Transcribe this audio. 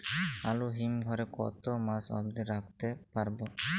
আলু হিম ঘরে কতো মাস অব্দি রাখতে পারবো?